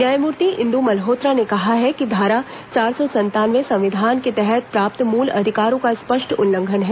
न्यायमूर्ति इन्द् मल्होत्रा ने कहा कि धारा चार सौ संतानवे संविधान के तहत प्राप्त मूल अधिकारों का स्पष्ट उल्लंघन है